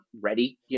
ready